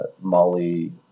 Molly